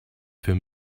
für